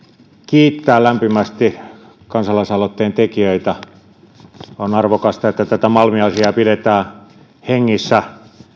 kiittää lämpimästi kansa laisaloitteen tekijöitä on arvokasta että tätä malmi asiaa pidetään hengissä